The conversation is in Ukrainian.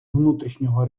внутрішнього